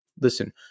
listen